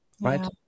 right